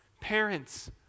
Parents